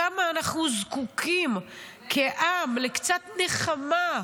כמה אנחנו זקוקים כעם לקצת נחמה,